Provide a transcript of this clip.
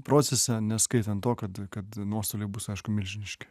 procese neskaitant to kad kad nuostoliai bus aišku milžiniški